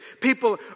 People